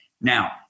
Now